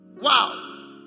wow